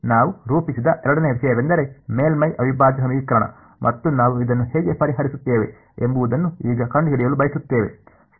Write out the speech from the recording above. ನಾವು ರೂಪಿಸಿದ ಎರಡನೆಯ ವಿಷಯವೆಂದರೆ ಮೇಲ್ಮೈ ಅವಿಭಾಜ್ಯ ಸಮೀಕರಣ ಮತ್ತು ನಾವು ಇದನ್ನು ಹೇಗೆ ಪರಿಹರಿಸುತ್ತೇವೆ ಎಂಬುದನ್ನು ಈಗ ಕಂಡುಹಿಡಿಯಲು ಬಯಸುತ್ತೇವೆ